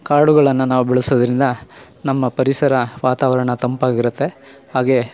ಕಾಡುಗಳನ್ನು ನಾವು ಬೆಳೆಸೋದ್ರಿಂದ ನಮ್ಮ ಪರಿಸರ ವಾತಾವರಣ ತಂಪಾಗಿರುತ್ತೆ ಹಾಗೇ